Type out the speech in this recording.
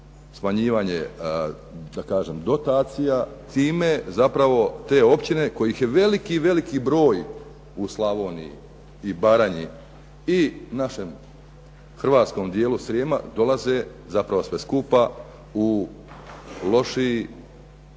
smanjivanje da kažem dotacija. Time zapravo te općine kojih je veliki i veliki broj u Slavoniji i Baranji i našem hrvatskom dijelu Srijema dolaze zapravo sve skupa u lošiji